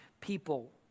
people